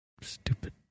Stupid